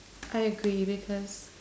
I agree because